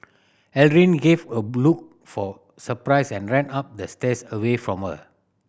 Aldrin gave a of surprise and ran up the stairs away from her